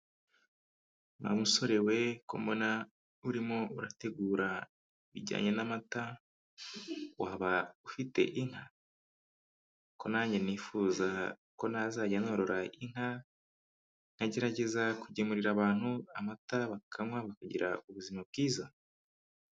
Wa musore we, ko mbona urimo urategura ibijyanye n'amata waba ufite inka? Ko nanjye nifuza ko nazajya norora inka, nkagerageza kugemurira abantu amata bakanywa, bakagira ubuzima bwiza.